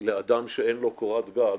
לאדם שאין לו קורת גג